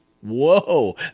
Whoa